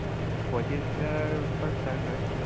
আচ্ছা পঁয়ত্ৰিশ হাজাৰৰ পৰা ষ্টাৰ্ট হয়